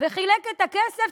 וחילק את הכסף,